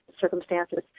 circumstances